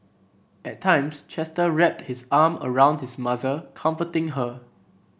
at times Chester wrapped his arm around his mother comforting her